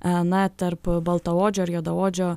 a na tarp baltaodžio ir juodaodžio